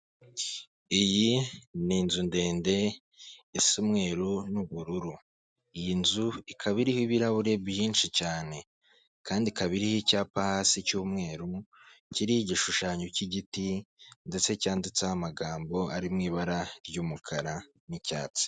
Iyi ni inzu ndende isa umweru n'ubururu, iyi nzu ikaba iriho ibirahure byinshi cyane kandi kaba iriho icyapa hasi cy'umweru, kiriho igishushanyo cy'igiti ndetse cyanditseho amagambo ari mu ibara ry'umukara n'icyatsi.